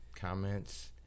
Comments